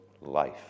life